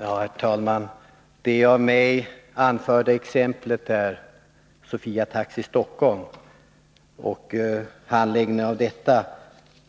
Herr talman! Det av mig anförda exemplet, Sofia Taxi i Stockholm, och handläggningen av det ärendet